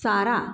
चारा